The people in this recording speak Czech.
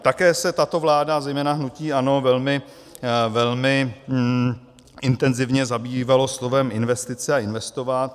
Také se tato vláda, zejména hnutí ANO, velmi, velmi intenzivně zabývalo slovem investice a investovat.